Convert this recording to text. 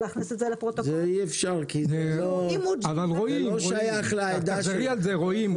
זה אי אפשר, כי זה לא שייך ל- -- רואים, רואים.